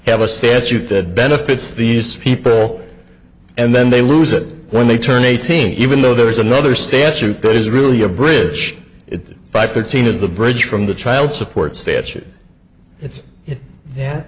have a statute that benefits these people and then they lose it when they turn eighteen even though there is another statute that is really a bridge it's five thirteen is the bridge from the child support statute it's